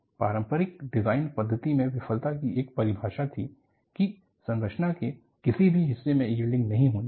पारंपरिक डिजाइन पद्धति में विफलता की एक परिभाषा थी की संरचना के किसी भी हिस्से में यील्डिंग नहीं होनी चाहिए